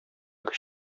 көч